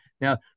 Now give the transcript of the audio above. Now